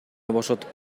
бошотуп